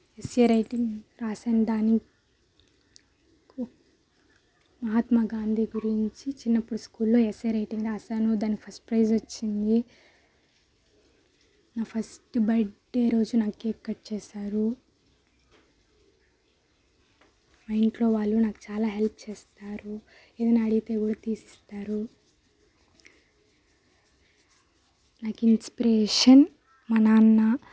SA writing రాసిన దాన్ని మహాత్మ గాంధీ గురించి చిన్నప్పుడు స్కూల్లో ఎస్ఏ రైటింగ్ రాసానో దాని ఫస్ట్ ప్రైజ్ వచ్చింది నా ఫస్ట్ బర్త్డే రోజు నా కేక్ కట్ చేశారు మా ఇంట్లో వాళ్ళు నాకు చాలా హెల్ప్ చేస్తారు ఏదైనా అడిగితే కూడా తీసిస్తారు నాకు ఇన్స్పిరేషన్ మా నాన్న